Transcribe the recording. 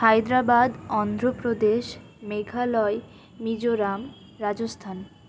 Hyderabad Andhra Pradesh Meghalaya Mizoram Rajasthan